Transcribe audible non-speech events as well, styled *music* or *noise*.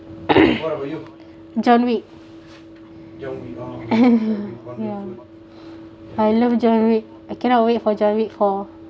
*coughs* john wick *laughs* ya I love john wick I cannot wait for john wick four